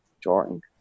drawing